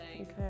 Okay